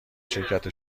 شرکت